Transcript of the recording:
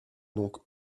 donc